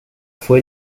fue